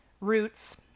roots